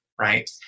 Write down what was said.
right